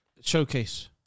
showcase